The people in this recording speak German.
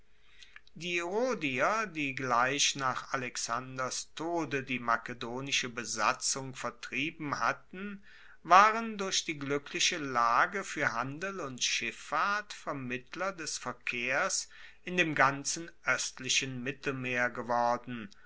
die rhodier die gleich nach alexanders tode die makedonische besatzung vertrieben hatten waren durch ihre glueckliche lage fuer handel und schiffahrt vermittler des verkehrs in dem ganzen oestlichen mittelmeer geworden